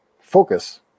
focus